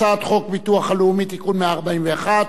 הצעת חוק הביטוח הלאומי (תיקון מס' 141),